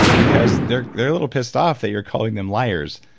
because they're they're a little pissed off that you're calling them liars.